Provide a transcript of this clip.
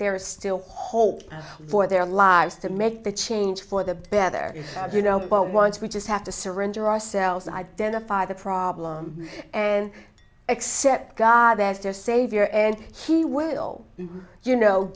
there is still hope for their lives to make the change for the better you know but once we just have to surrender ourselves identify the problem and accept god as their savior and he will you know